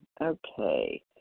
Okay